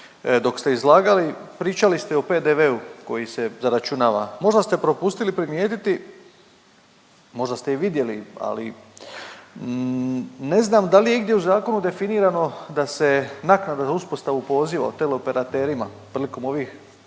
dok ste izlagali pričali ste o PDV-u koji se zaračunava, možda ste propustili primijetiti, možda ste i vidjeli, ali ne znam da li je igdje u zakonu definirano da se naknada za uspostavu poziva teleoperaterima prilikom ovih,